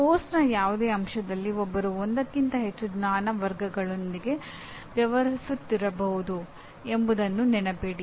ಪಠ್ಯಕ್ರಮದ ಯಾವುದೇ ಅಂಶದಲ್ಲಿ ಒಬ್ಬರು ಒಂದಕ್ಕಿಂತ ಹೆಚ್ಚು ಜ್ಞಾನ ವರ್ಗದೊಂದಿಗೆ ವ್ಯವಹರಿಸುತ್ತಿರಬಹುದು ಎಂಬುದನ್ನು ನೆನಪಿಡಿ